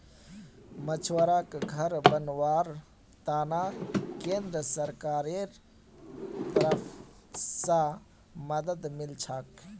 मछुवाराक घर बनव्वार त न केंद्र सरकारेर तरफ स मदद मिल छेक